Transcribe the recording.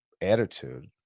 attitude